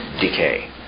decay